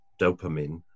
dopamine